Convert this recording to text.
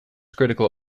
critical